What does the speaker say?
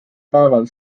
päeval